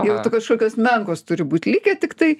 jau tik kažkokios menkos turi būt likę tiktai